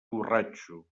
borratxo